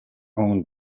own